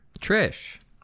Trish